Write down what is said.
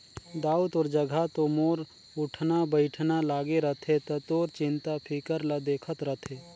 दाऊ तोर जघा तो मोर उठना बइठना लागे रथे त तोर चिंता फिकर ल देखत रथें